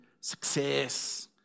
success